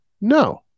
No